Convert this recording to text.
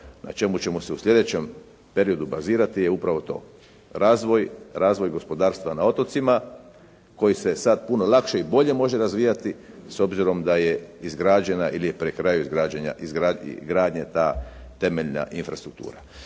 na čemu ćemo se u slijedećem periodu bazirati je upravo to – razvoj gospodarstva na otocima koji se sad puno lakše i bolje može razvijati s obzirom da je izgrađena ili je pri kraju gradnja ta temeljna infrastruktura.